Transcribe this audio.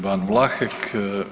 Ban Vlahek.